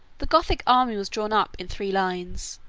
the gothic army was drawn up in three lines,